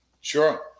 Sure